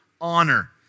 honor